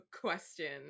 question